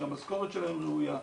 שהמשכורת שלהם ראויה,